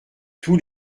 tous